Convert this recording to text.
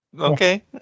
Okay